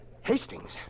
Hastings